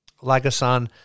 Lagosan